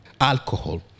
Alcohol